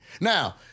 Now